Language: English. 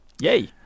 Yay